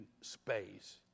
space